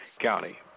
County